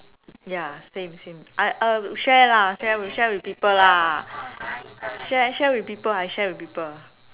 ya same same I uh share lah share with share with people lah share share with people I share with people